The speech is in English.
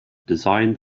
designed